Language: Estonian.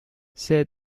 see